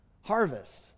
harvest